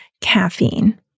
caffeine